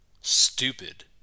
stupid